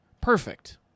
Perfect